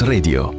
Radio